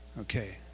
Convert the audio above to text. Okay